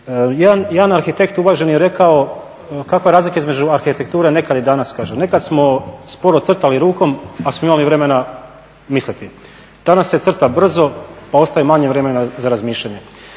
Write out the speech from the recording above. Jedan arhitekt uvaženi je rekao kakva je razlika između arhitekture nekad i danas? Nekad smo sporo crtali rukom, ali smo imali vremena misliti. Danas se crta brzo pa ostaje malo vremena za razmišljanje.